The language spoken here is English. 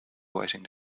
waiting